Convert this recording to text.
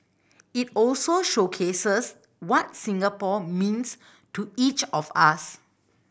it also showcases what Singapore means to each of us